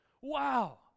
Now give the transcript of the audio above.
Wow